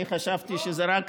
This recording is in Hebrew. אני חשבתי שזה רק